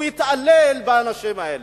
הוא יתעלל באנשים האלה.